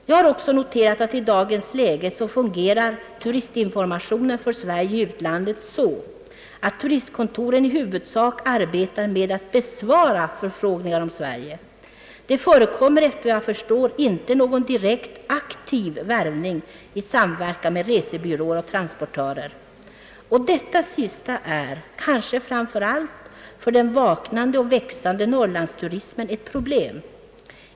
Jag har också noterat att turistinformationen om Sverige i utlandet i dagens läge fungerar så att turistkontoren i huvudsak arbetar med att besvara förfrågningar om Sverige. Det förekommer, efter vad jag förstår, inte någon direkt aktiv värvning i samverkan med resebyråer och transportörer. Och detta sista är — kanske framför allt för den vaknande och växande Norrlandsturismen — ett problem.